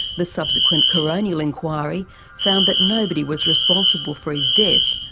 the subsequent coronial inquiry found that nobody was responsible for his death,